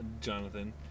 Jonathan